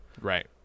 right